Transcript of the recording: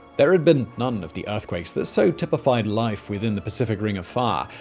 there had been none of the earthquakes that so typified life within the pacific ring of fire.